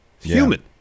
Human